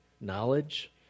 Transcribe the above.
knowledge